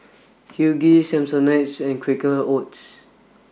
Huggies Samsonite and Quaker Oats